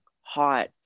hot